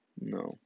No